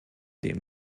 den